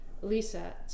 Lisa